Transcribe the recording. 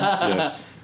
Yes